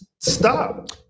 Stop